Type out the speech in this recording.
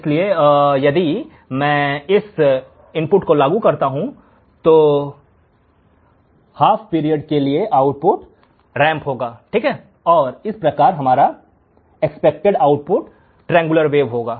इसलिए यदि मैं इस इनपुट को लागू करता हूं तो इन सभी हाफ पीरियड के लिए आउटपुट रैंप होगा और इस प्रकार हमारा अपेक्षित आउटपुट ट्रायंगुलर वेव होगा